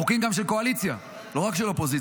חוקים גם של קואליציה, לא רק של אופוזיציה,